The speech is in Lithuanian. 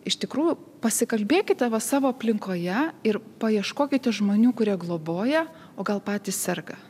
iš tikrųjų pasikalbėkite va savo aplinkoje ir paieškokite žmonių kurie globoja o gal patys serga